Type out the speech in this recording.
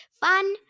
Fun